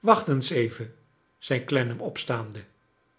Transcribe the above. wacht eens even zei clennam opstaande